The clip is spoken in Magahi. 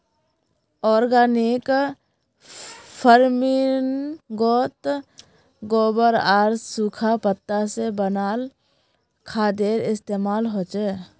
ओर्गानिक फर्मिन्गोत गोबर आर सुखा पत्ता से बनाल खादेर इस्तेमाल होचे